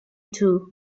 two